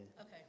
Okay